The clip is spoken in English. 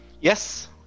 Yes